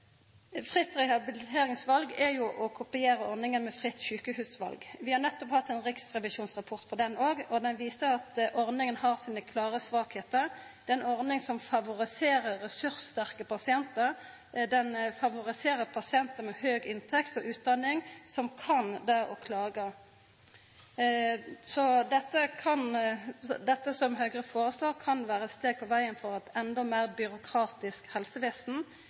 Fritt rehabiliteringsval er jo å kopiera ordninga med fritt sjukehusval. Vi har nettopp hatt ein riksrevisjonsrapport på den òg, og han viser at ordninga har sine klare svakheiter. Det er ei ordning som favoriserer ressurssterke pasientar, og ho favoriserer pasientar med høg inntekt og utdanning som kan det å klaga. Det som Høgre foreslår, kan vera eit steg på vegen mot eit endå meir byråkratisk helsevesen,